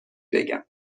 بگم